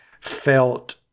felt